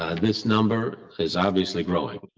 and this number is obviously growing.